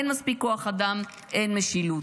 אין מספיק כוח אדם ואין משילות.